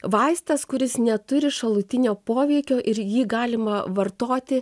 vaistas kuris neturi šalutinio poveikio ir jį galima vartoti